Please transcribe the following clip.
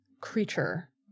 creature